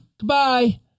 Goodbye